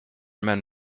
men